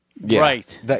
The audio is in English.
Right